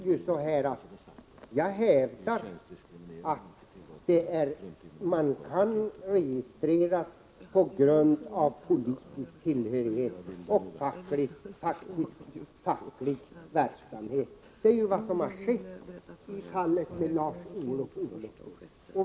Herr talman! Jag hävdar att man kan registreras på grund av politisk tillhörighet och facklig verksamhet. Det är vad som skett i fallet med Lars-Olov Olovsson.